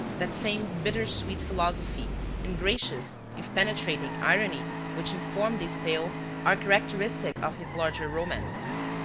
that same bitter-sweet philosophy and gracious, if penetrating, irony which inform these tales are characteristic of his larger romances.